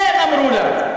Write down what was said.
כן, אמרו לה.